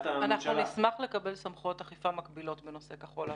אנחנו נשמח לקבל סמכויות אכיפה מקבילות בנושא כחול לבן,